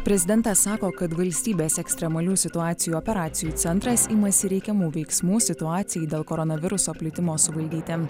prezidentas sako kad valstybės ekstremalių situacijų operacijų centras imasi reikiamų veiksmų situacijai dėl koronaviruso plitimo suguldytiem